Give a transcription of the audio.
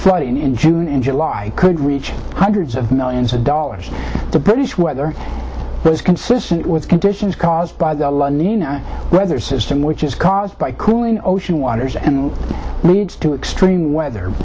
flooding in june in july could reach hundreds of millions of dollars the british weather was consistent with conditions caused by the weather system which is caused by cooling ocean waters and to extreme weather